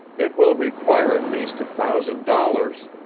it will require at least a thousand dollars,